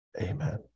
Amen